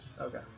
Okay